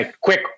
quick